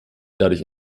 dadurch